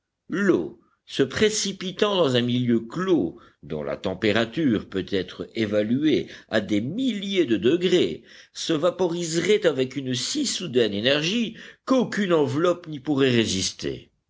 l'eau se précipitant dans un milieu clos dont la température peut être évaluée à des milliers de degrés se vaporiserait avec une si soudaine énergie qu'aucune enveloppe n'y pourrait résister